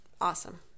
awesome